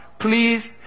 please